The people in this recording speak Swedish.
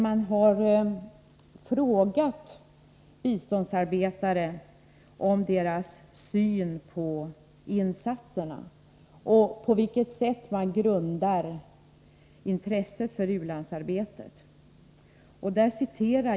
Man har frågat biståndsarbetare om deras syn på insatserna och om grunderna för deras intresse för ulandsarbetet.